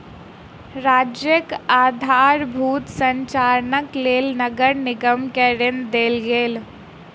राज्यक आधारभूत संरचनाक लेल नगर निगम के ऋण देल गेल